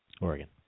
Oregon